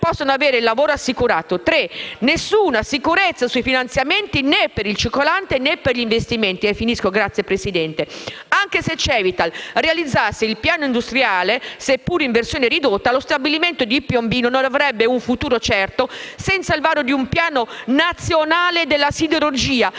è alcuna sicurezza sui finanziamenti né per il circolante, né per gli investimenti. Anche se Cevital realizzasse il piano industriale, seppur in versione ridotta, lo stabilimento di Piombino non avrebbe un futuro certo senza il varo di un piano nazionale della siderurgia,